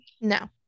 No